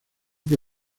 que